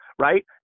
right